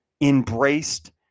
embraced